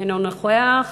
אינו נוכח.